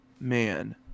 man